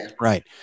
Right